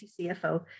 CFO